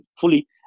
fully